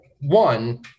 one